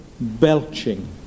belching